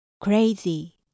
Crazy